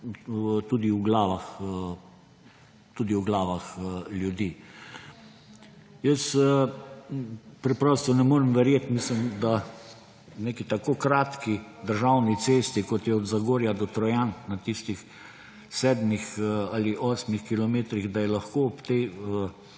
tudi v glavah ljudi. Preprosto ne morem verjeti, da na neki tako kratki državni cesti, kot je od Zagorja do Trojan, na tistih sedmih ali osmih kilometrih, da je lahko ob tej